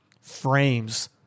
frames